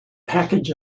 package